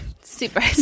Super